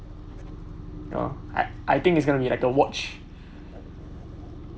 um I I think it's gonna be like a watch